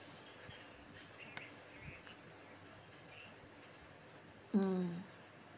mm